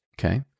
Okay